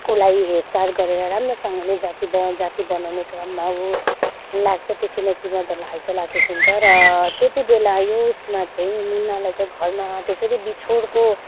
उसलाई हेरचार गरेर राम्रोसँगले जाती ब जाती बनाउने क्रममा ऊ लाग्छ त्यो किनकि मदनलाई हैजा लागेको हुन्छ र त्यति बेला यो उसमा चाहिँ मुनालाई चाहिँ घरमा त्यसरी बिछोडको